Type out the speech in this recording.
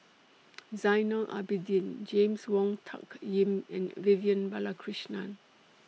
Zainal Abidin James Wong Tuck Yim and Vivian Balakrishnan